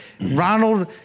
Ronald